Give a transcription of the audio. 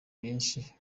byinshi